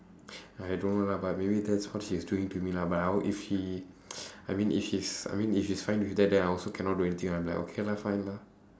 I don't know lah but maybe that's what she is doing to me lah but I will if she I mean if she's I mean if she's fine with that then I also cannot do anything I'm like okay lah fine lah